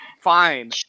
fine